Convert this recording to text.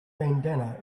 bandanna